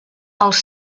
els